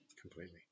Completely